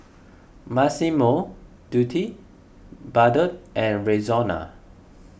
Massimo Dutti Bardot and Rexona